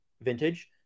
vintage